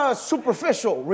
superficial